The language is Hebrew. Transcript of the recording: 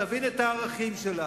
תבין את הערכים שלה.